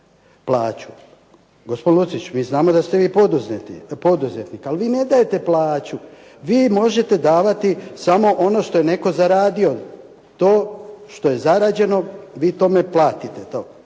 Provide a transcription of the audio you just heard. Gospodine Lucić mi znamo da ste vi poduzetnik. Ali vi ne dajete plaću, vi možete davati samo ono što je netko zaradio. To što je zarađeno vi tome platite